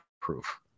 proof